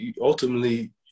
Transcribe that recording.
ultimately